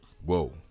Whoa